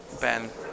Ben